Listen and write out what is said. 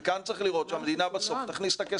וכאן צריך לראות שהמדינה בסוף תכניס את היד